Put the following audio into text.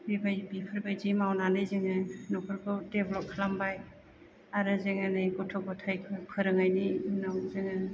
बेबाय बेफोरबायदि मावनानै जोङो नखरखौ डेब्लप खालामबाय आरो जोङो नै गथ' ग'थाय फोरोंनानि उनाव जोङो